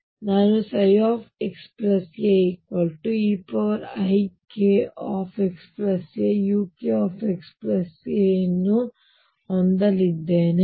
ಹಾಗಾಗಿ ನಾನುxaeikxaukxa ಅನ್ನು ಹೊಂದಲಿದ್ದೇನೆ